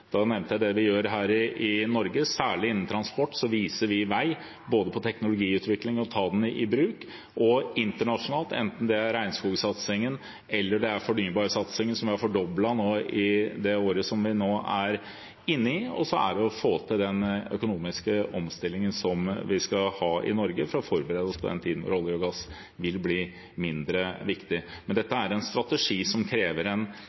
nevnte det vi gjør her i Norge. Særlig innen transport viser vi vei når det gjelder både teknologiutvikling og å ta den i bruk, men også internasjonalt, enten det er regnskogsatsingen eller fornybarsatsingen, som vi har fordoblet i det året vi er inne i. Så er det å få til den økonomiske omstillingen som vi skal ha i Norge, for å forberede oss på den tiden når olje og gass vil bli mindre viktig. Men dette er en strategi som krever en